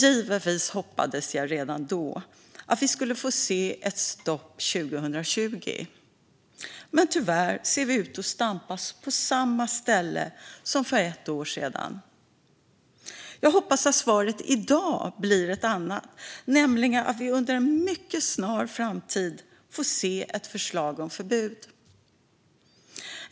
Givetvis hoppades jag redan då att vi skulle få se ett stopp 2020, men tyvärr ser vi ut att stampa på samma ställe som för ett år sedan. Jag hoppas att svaret i dag blir ett annat, nämligen att vi i en mycket snar framtid får se ett förslag om förbud.